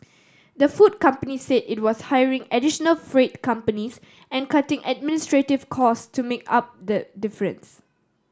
the food company said it was hiring additional freight companies and cutting administrative cost to make up the difference